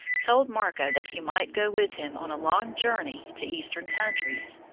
told marco that he might go with him on a long journey to eastern countries.